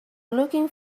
looking